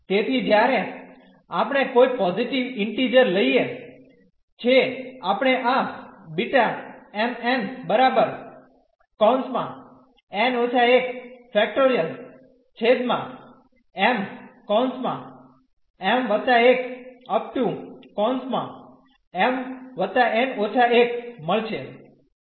તેથી જ્યારે આપણે કોઈ પોઝીટીવ ઇન્ટીઝર લઈએ છે આપણે આ મળશે